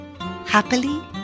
happily